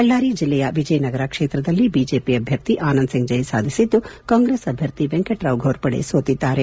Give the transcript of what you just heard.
ಬಳ್ಳಾರಿ ಜಿಲ್ಲೆಯ ವಿಜಯನಗರ ಕ್ಷೇತ್ರದಲ್ಲಿ ಬಿಜೆಪಿ ಅಭ್ಯರ್ಥಿ ಆನಂದ್ ಸಿಂಗ್ ಜಯ ಸಾಧಿಸಿದ್ದು ಕಾಂಗ್ರೆಸ್ ಅಭ್ಯರ್ಥಿ ವೆಂಕಟರಾವ್ ಘೋರ್ಪಡೆ ಸೋತಿದ್ದಾರೆ